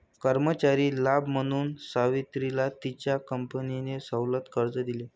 कर्मचारी लाभ म्हणून सावित्रीला तिच्या कंपनीने सवलत कर्ज दिले